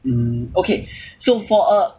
mm okay so for uh